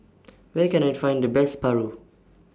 Where Can I Find The Best Paru